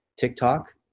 TikTok